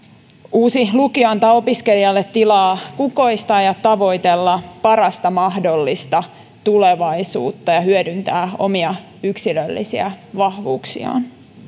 uusi lukio antaa opiskelijalle tilaa kukoistaa ja tavoitella parasta mahdollista tulevaisuutta ja hyödyntää omia yksilöllisiä vahvuuksiaan